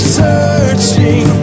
searching